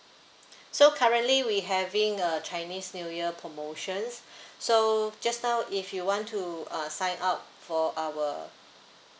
so currently we having a chinese new year promotion so just now if you want to uh sign up for our